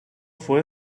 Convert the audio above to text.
fue